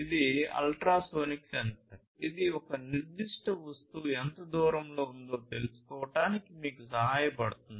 ఇది ultrasonic sensor ఇది ఒక నిర్దిష్ట వస్తువు ఎంత దూరంలో ఉందో తెలుసుకోవడానికి మీకు సహాయపడుతుంది